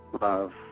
love